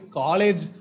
college